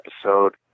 episode